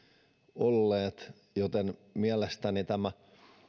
olleet joten mielestäni tämä